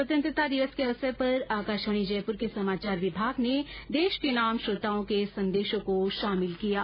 स्वतंत्रता दिवस के अवसर पर आकाशवाणी जयपुर के समाचार विभाग ने देश के नाम श्रोताओं के संदेशों को शामिल किया है